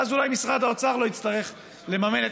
ואז אולי משרד האוצר לא יצטרך לממן את